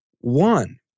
one